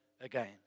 again